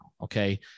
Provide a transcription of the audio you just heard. Okay